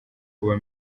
kuba